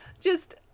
Just-